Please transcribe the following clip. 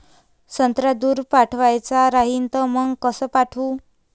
संत्रा दूर पाठवायचा राहिन तर मंग कस पाठवू?